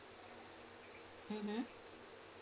mmhmm